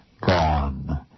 gone